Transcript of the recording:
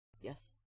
yes